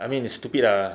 I mean it's stupid ah